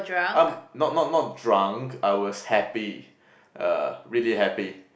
um not not not drunk I was happy uh really happy